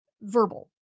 verbal